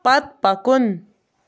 پت پکُن